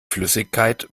flüssigkeit